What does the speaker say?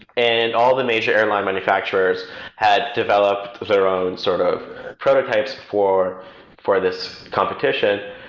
and all the major airline manufacturers had developed their own sort of prototypes for for this competition.